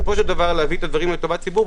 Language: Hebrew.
ולהביא את הדברים לטובת הציבור.